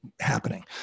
happening